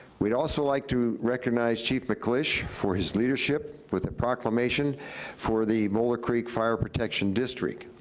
we'd also like to recognize chief mcklitsch for his leadership, with a proclamation for the boulder creek fire protection district.